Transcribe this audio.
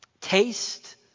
Taste